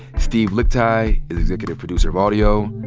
steve lickteig is executive producer of audio.